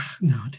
no